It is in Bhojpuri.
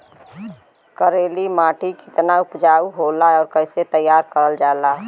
करेली माटी कितना उपजाऊ होला और कैसे तैयार करल जाला?